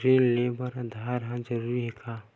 ऋण ले बर आधार ह जरूरी हे का?